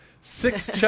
six